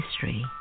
history